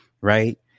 right